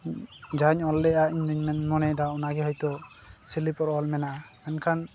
ᱡᱟᱦᱟᱸ ᱚᱞ ᱞᱮᱜᱼᱟ ᱤᱧ ᱫᱩᱧ ᱢᱚᱱᱮᱭᱮᱫᱟ ᱚᱱᱟᱜᱮ ᱦᱚᱭᱛᱳ ᱥᱤᱞᱤᱯᱚᱨ ᱚᱞ ᱢᱮᱱᱟᱜᱼᱟ ᱢᱮᱱᱠᱷᱟᱱ